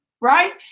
right